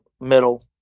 middle